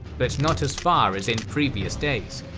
but not as far as in previous days.